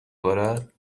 بارد